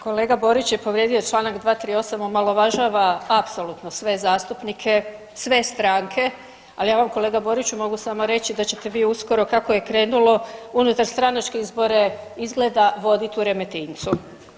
Kolega Borić je povrijedio čl. 238., omalovažava apsolutno sve zastupnike, sve stranke, ali ja vam kolega Boriću mogu samo reći da ćete vi uskoro kako je krenulo unutarstranačke izbore izgleda vodit u Remetincu.